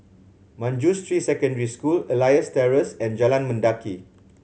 Manjusri Secondary School Elias Terrace and Jalan Mendaki